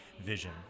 vision